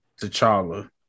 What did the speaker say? T'Challa